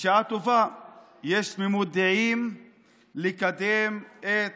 בשעה טובה יש תמימות דעים לקדם את